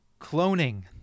cloning